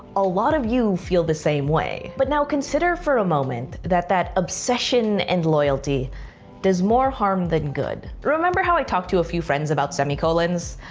a lot of you feel the same way. but now consider for a moment, that that obsession and loyalty does more harm than good. remember how i talked to a few friends about semi-colons?